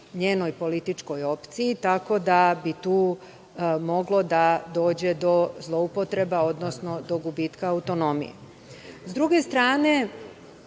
njenoj političkoj opciji, tako da bi tu moglo da dođe do zloupotreba, odnosno do gubitka autonomije.S druge strane,